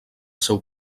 seu